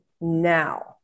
now